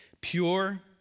Pure